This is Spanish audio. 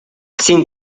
sin